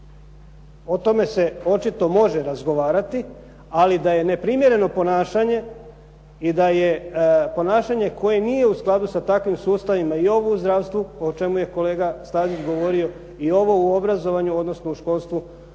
O tome se očito može razgovarati, ali da je neprimjereno ponašanje i da je ponašanje koje nije u skladu sa takvim sustavima i ovo u zdravstvu o čemu je kolega Stazić govorio, i ovo u obrazovanju, odnosno u školstvu